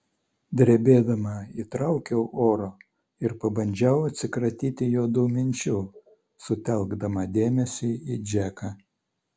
drebėdama įtraukiau oro ir pabandžiau atsikratyti juodų minčių sutelkdama dėmesį į džeką